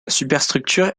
superstructure